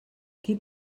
qui